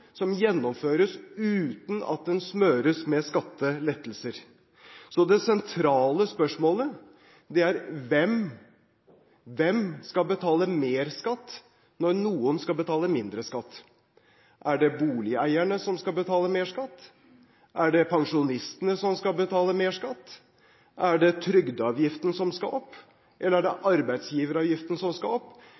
som gjennomføres uten at den smøres med skattelettelser. Det sentrale spørsmålet er: Hvem skal betale mer skatt når noen skal betale mindre skatt? Er det boligeierne som skal betale mer skatt? Er det pensjonistene som skal betale mer skatt? Er det trygdeavgiften som skal opp, eller er det arbeidsgiveravgiften som skal opp?